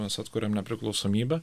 mes atkūrėm nepriklausomybę